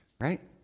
right